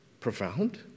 profound